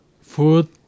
food